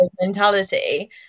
mentality